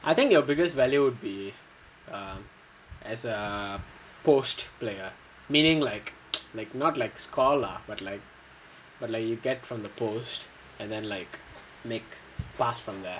I think your biggest value would be um as a post player meaning like like not like scorer but like but like you get from the post and then like make pass from there